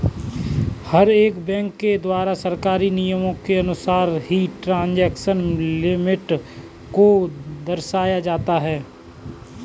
हर एक बैंक के द्वारा सरकारी नियमों के अनुसार ही ट्रांजेक्शन लिमिट को दर्शाया जाता है